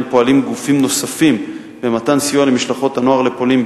פועלים גופים נוספים במתן סיוע למשלחות הנוער לפולין,